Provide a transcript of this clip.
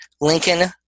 Lincoln